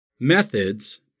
methods